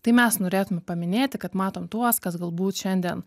tai mes norėtume paminėti kad matom tuos kas galbūt šiandien